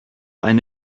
ein